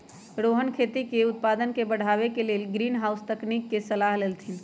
रोहन खेती के उत्पादन के बढ़ावे के लेल ग्रीनहाउस तकनिक के सलाह देलथिन